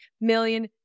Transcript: million